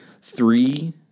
Three